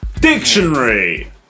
Dictionary